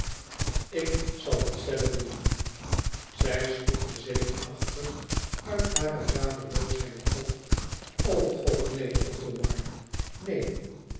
ik zal het zelf doen zij schrikte zenuwachtig uit hare radeloosheid op o god neen othomar neen